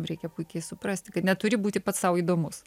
reikia puikiai suprasti kad neturi būti pats sau įdomus